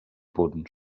punts